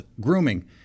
grooming